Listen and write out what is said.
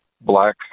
black